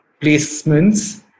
placements